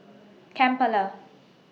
Kampala